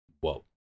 Whoa